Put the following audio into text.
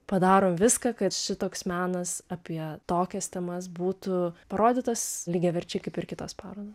padarom viską kad šitoks menas apie tokias temas būtų parodytas lygiaverčiai kaip ir kitos parodos